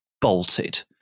bolted